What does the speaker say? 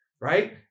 right